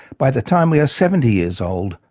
by the time we are seventy years old,